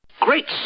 Great